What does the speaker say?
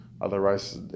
Otherwise